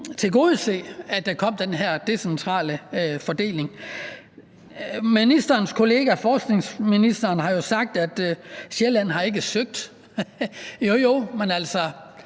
tilgodese, at der kom den her decentrale fordeling. Ministerens kollega, forskningsministeren, har jo sagt, at Region Sjælland ikke har søgt. Jo, jo, men har